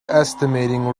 estimating